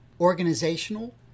organizational